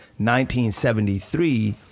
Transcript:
1973